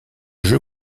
jeu